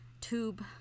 tube